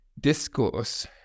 discourse